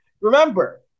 Remember